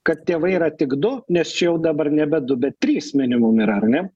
kad tėvai yra tik du nes čia jau dabar nebe du bet trys minimum yra ar ne